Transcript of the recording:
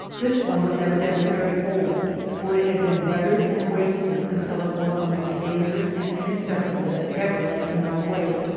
this one was evidently very old, for it had been weathered and wasted until it was the most dangerous and inaccessible that ever lay in my way.